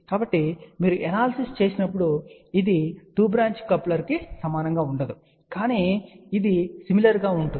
కాబట్టి మీరు ఎనాలసిస్ చేసినప్పుడు ఇది 2 బ్రాంచ్ కప్లర్కు సమానంగా ఉండదు కానీ ఇది సిమిలర్ గా ఉంటుంది